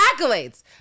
accolades